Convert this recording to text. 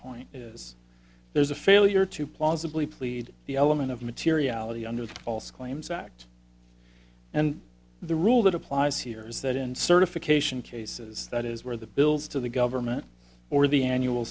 point is there's a failure to plausibly plead the element of materiality under the false claims act and the rule that applies here is that in certification cases that is where the bills to the government or the annual